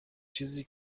چیزی